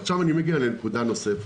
עכשיו אני מגיע לנקודה נוספת.